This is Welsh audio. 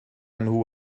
nhw